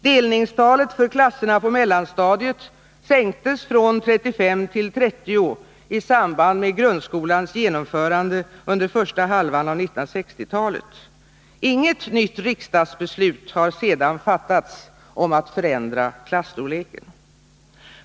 Delningstalet för klasserna på mellanstadiet sänktes från 35 till 30 i samband med grundskolans genomförande under första halvan av 1960-talet. Inget nytt riksdagsbeslut har sedan fattats om att förändra klasstorleken.